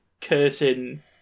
cursing